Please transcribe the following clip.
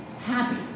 happy